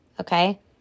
Okay